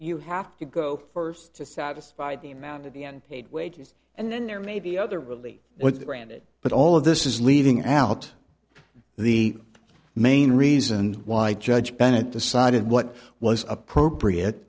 you have to go first to satisfy the amount of the end paid wages and then there may be other relief with granted but all of this is leaving out the main reason why judge bennett decided what was appropriate